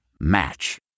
Match